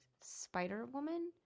Spider-Woman